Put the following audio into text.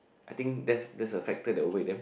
I think that's that's a factor that await them